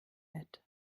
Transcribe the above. wird